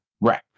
Right